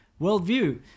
worldview